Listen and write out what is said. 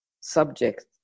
subject